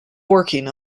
working